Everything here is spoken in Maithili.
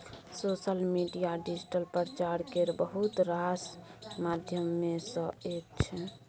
सोशल मीडिया डिजिटल प्रचार केर बहुत रास माध्यम मे सँ एक छै